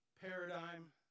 paradigm